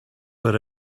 were